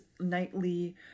nightly